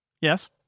Yes